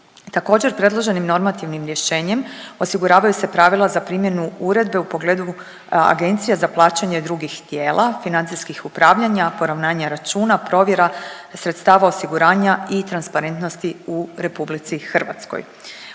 Također predloženim normativnim rješenjem osiguravaju se pravila za primjenu uredbe u pogledu agencija za plaćanje drugih tijela, financijskih upravljanja, poravnanja računa, provjera sredstava osiguranja i transparentnosti u RH.